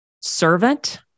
Servant